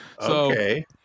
Okay